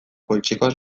poltsikoan